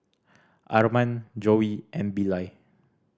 Arman Joey and Billye